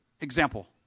example